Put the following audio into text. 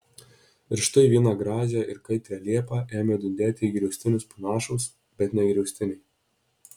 ir štai vieną gražią ir kaitrią liepą ėmė dundėti į griaustinius panašūs bet ne griaustiniai